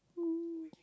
!woo!